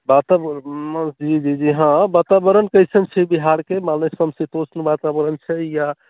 जी हाँ वातावरण कइसन छै बिहारके माने सम शीतोष्ण वातावरण छै या